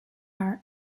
are